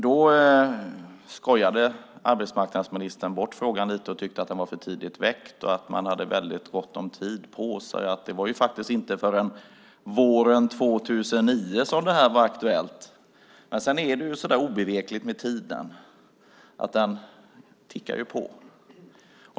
Då skojade arbetsmarknadsministern bort frågan lite och tyckte att den var för tidigt väckt, att man hade väldigt gott om tid på sig. Det var faktiskt inte förrän våren 2009 som det här var aktuellt. Men det är obevekligt med tiden, den tickar på.